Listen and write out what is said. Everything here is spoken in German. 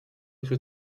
ihre